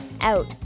out